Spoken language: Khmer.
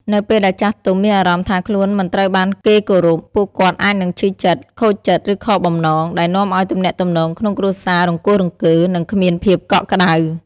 នៅពេលដែលចាស់ទុំមានអារម្មណ៍ថាខ្លួនមិនត្រូវបានគេគោរព ពួកគាត់អាចនឹងឈឺចិត្ត ខូចចិត្ត ឬខកបំណង ដែលនាំឲ្យទំនាក់ទំនងក្នុងគ្រួសាររង្គោះរង្គើ និងគ្មានភាពកក់ក្ដៅ។